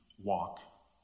Walk